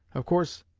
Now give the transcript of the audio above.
of course,